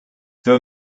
there